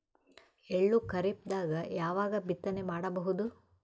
ಎಳ್ಳು ಖರೀಪದಾಗ ಯಾವಗ ಬಿತ್ತನೆ ಮಾಡಬಹುದು?